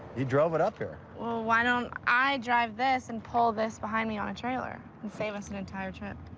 he drove it up here. well, why don't i drive this and pull this behind me on a trailer and save us an entire trip?